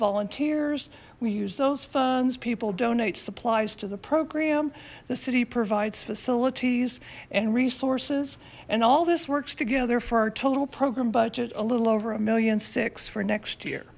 volunteers we use those funds people donate supplies to the program the city provides for lottie's and resources and all this works together for our total program budget a little over a million six for next year